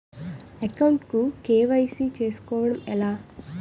Account కు KYC చేసుకోవడం ఎలా?